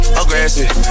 aggressive